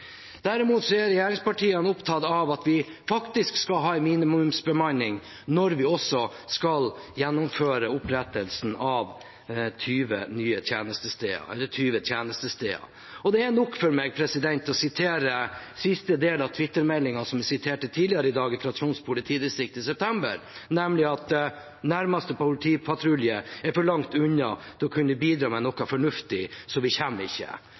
er opptatt av at vi skal ha en minimumsbemanning når vi skal gjennomføre opprettelsen av 20 tjenestesteder. Det er nok for meg å sitere siste del av Twitter-meldingen fra Troms politidistrikt fra september, som jeg siterte tidligere i dag også, nemlig at «Nærmeste politipatrulje er for langt unna til å kunne bidra med noe fornuftig, så vi kommer ikke.»